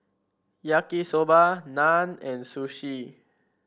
Yaki Soba Naan and Sushi